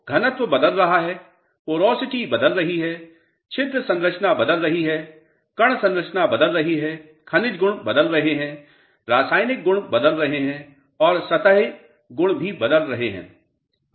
तो घनत्व बदल रहा है पोरोसिटी बदल रही है छिद्र संरचना बदल रही है कण संरचना बदल रही है खनिज गुण बदल रहे हैं रासायनिक गुण बदल रहे हैं और सतह गुण भी बदल रही है